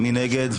מי נגד?